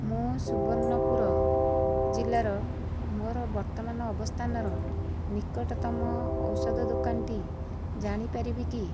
ମୁଁ ସୁବର୍ଣ୍ଣପୁର ଜିଲ୍ଲାର ମୋର ବର୍ତ୍ତମାନ ଅବସ୍ଥାନର ନିକଟତମ ଔଷଧ ଦୋକାନଟି ଜାଣିପାରିବି କି